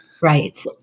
Right